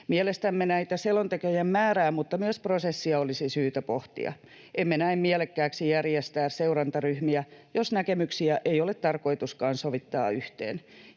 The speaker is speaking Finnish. Mielestämme selontekojen määrää ja myös prosessia olisi syytä pohtia. Emme näe mielekkääksi järjestää seurantaryhmiä, jos näkemyksiä ei ole tarkoituskaan sovittaa yhteen.